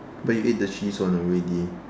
but you ate the cheese one already